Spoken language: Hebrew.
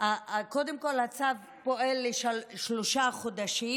קודם כול הצו מופעל לשלושה חודשים,